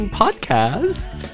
podcast